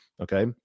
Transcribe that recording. Okay